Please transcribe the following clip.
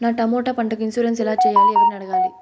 నా టమోటా పంటకు ఇన్సూరెన్సు ఎలా చెయ్యాలి? ఎవర్ని అడగాలి?